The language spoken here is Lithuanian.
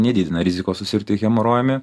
nedidina rizikos susirgti hemorojumi